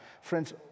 Friends